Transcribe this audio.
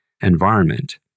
environment